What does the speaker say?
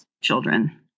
children